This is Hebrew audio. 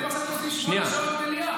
אתם --- שמונה שעות מליאה.